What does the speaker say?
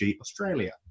Australia